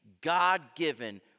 God-given